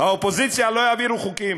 האופוזיציה לא תעביר חוקים.